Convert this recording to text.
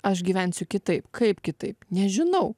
aš gyvensiu kitaip kaip kitaip nežinau